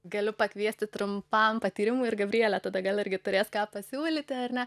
galiu pakviesti trumpam patyrimui ir gabrielė tada gal irgi turės ką pasiūlyti ar ne